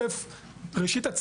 ראשית,